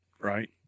Right